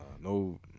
no